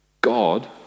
God